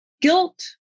guilt